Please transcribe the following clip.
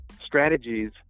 strategies